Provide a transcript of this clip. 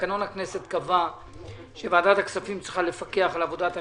ותקנון הכנסת קבע שוועדת הכספים צריכה לפקח על עבודת הממשלה,